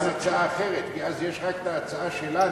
שאין הצעה אחרת כי אז יש רק ההצעה שלנו,